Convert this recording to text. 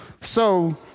So-